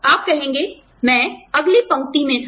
और आप कहेंगे मैं अगली पंक्ति में था